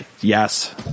yes